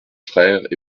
frère